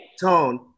Tone